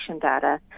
data